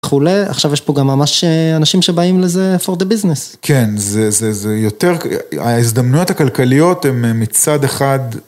וכולי, עכשיו יש פה גם ממש אנשים שבאים לזה for the business. כן, זה יותר, ההזדמנויות הכלכליות הן מצד אחד.